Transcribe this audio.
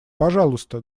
пожалуйста